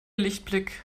lichtblick